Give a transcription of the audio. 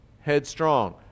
headstrong